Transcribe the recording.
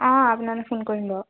অঁ আপোনালৈ ফোন কৰিম বাৰু